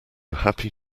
happy